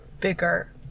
bigger